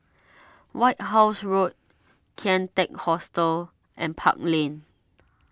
White House Road Kian Teck Hostel and Park Lane